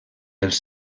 els